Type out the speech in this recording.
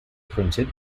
printed